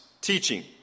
teaching